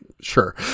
sure